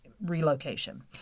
relocation